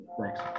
Thanks